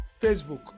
Facebook